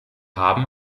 haben